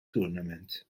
tournament